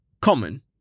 Common